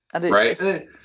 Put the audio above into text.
Right